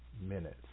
minutes